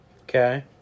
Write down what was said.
Okay